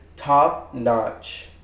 Top-notch